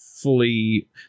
fully